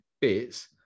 bits